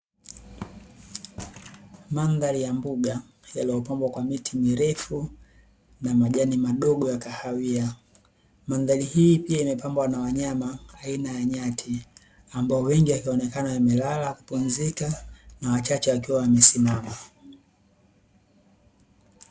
Mandhari ya mbuga yaliopambwa kwa miti mirefu na majani madogo ya kahawia. Mandhari hii pia imepambwa na wanyama aina ya nyati, ambao wengi wakionekana wamelala kupumzika, na wachache wakiwa wamesimama.